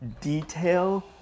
detail